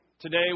Today